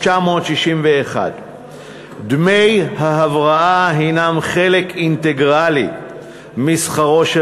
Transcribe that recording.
1961. דמי ההבראה הנם חלק אינטגרלי משכרו של